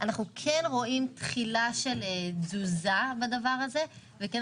אנחנו כן רואים תחילה של תזוזה בדבר הזה ואנחנו כן